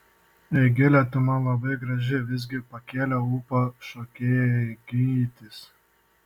eigile tu man labai graži visgi pakėlė ūpą šokėjai gytis